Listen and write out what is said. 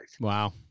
Wow